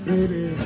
Baby